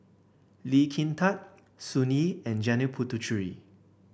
Lee Kin Tat Sun Yee and Janil Puthucheary